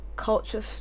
culture